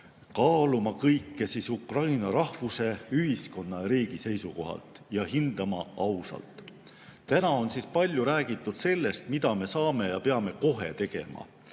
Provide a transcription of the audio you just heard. kaaluma kõike Ukraina rahvuse, ühiskonna ja riigi seisukohalt, ja hindama ausalt. Täna on palju räägitud sellest, mida me saame [kohe teha] ja peame kohe tegema.